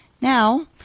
Now